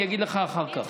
אני אגיד לך אחר כך.